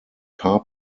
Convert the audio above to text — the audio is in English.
car